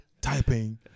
typing